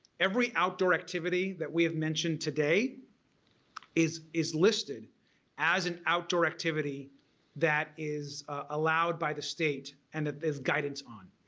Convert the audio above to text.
every outdoor activity that we have mentioned today is is listed as an outdoor activity that is allowed by the state and that there's guidance on.